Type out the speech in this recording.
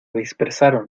dispersaron